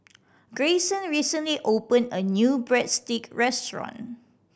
Grayson recently opened a new Breadstick restaurant